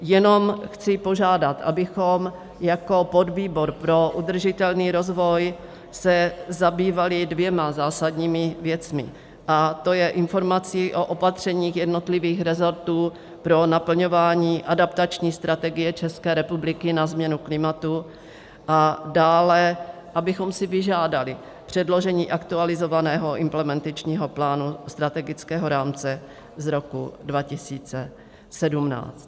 Jenom chci požádat, abychom jako podvýbor pro udržitelný rozvoj se zabývali dvěma zásadními věcmi, to je informací o opatřeních jednotlivých resortů pro naplňování adaptační strategie České republiky na změnu klimatu, a dále abychom si vyžádali předložení aktualizovaného implementačního plánu strategického rámce z roku 2017.